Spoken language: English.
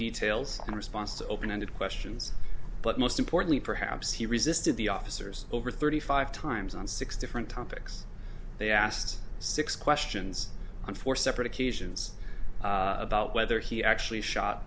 details in response to open ended questions but most importantly perhaps he resisted the officers over thirty five times on six different topics they asked six questions on four separate occasions about whether he actually shot